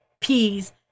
peas